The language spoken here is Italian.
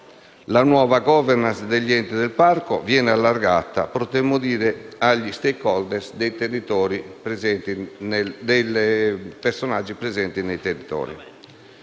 La nuova *governance* degli enti del parco viene allargata potremmo dire agli *stakeholder* presenti nei territori.